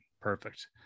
Perfect